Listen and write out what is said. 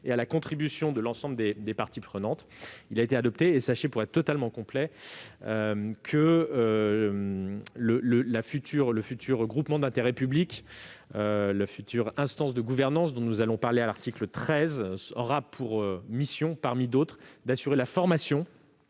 et à la contribution de l'ensemble des parties prenantes. Il a été adopté et sachez, pour être totalement complet, que le futur groupement d'intérêt public, la future instance de gouvernance dont nous allons parler à l'article 13, aura pour mission parmi d'autres d'assurer la formation